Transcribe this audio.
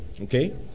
Okay